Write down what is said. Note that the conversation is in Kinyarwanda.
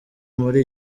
muri